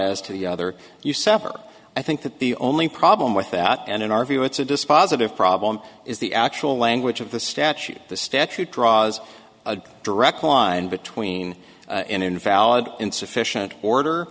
as to the other you sever i think that the only problem with that and in our view it's a dispositive problem is the actual language of the statute the statute draws a direct line between an invalid insufficient order